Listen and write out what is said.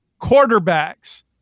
Quarterbacks